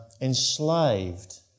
enslaved